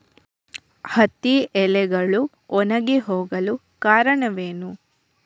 ಹತ್ತಿ ಎಲೆಗಳು ಒಣಗಿ ಹೋಗಲು ಕಾರಣವೇನು?